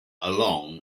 along